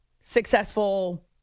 successful